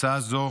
הצעה זו